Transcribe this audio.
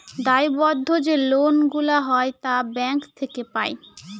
দায়বদ্ধ যে লোন গুলা হয় তা ব্যাঙ্ক থেকে পাই